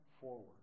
forward